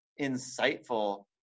insightful